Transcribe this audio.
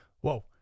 whoa